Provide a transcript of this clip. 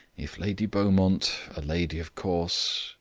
if lady beaumont. a lady, of course,